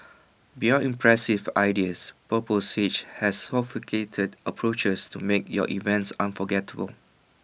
beyond impressive ideas purple sage has sophisticated approaches to make your events unforgettable